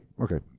Okay